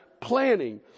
planning